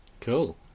Cool